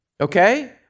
Okay